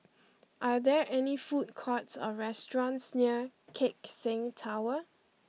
are there food courts or restaurants near Keck Seng Tower